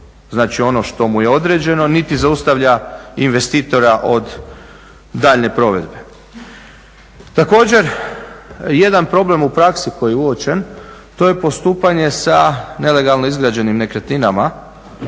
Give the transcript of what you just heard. znači ono što mu je određeno, niti zaustavlja investitora od daljnje provedbe. Također jedan problem u praksi koji je uočen to je postupanje sa nelegalno izgrađenim nekretninama.